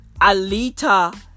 Alita